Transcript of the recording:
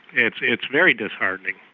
it's it's very disheartening.